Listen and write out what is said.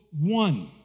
one